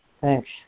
Thanks